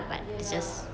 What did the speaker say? ya lah